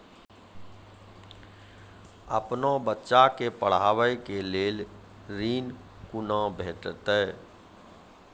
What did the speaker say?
अपन बच्चा के पढाबै के लेल ऋण कुना भेंटते?